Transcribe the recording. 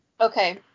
Okay